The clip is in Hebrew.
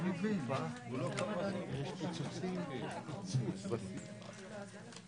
ב-session הופעות בוועדות.